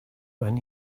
when